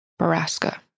Baraska